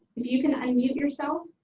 if you can unmute yourself.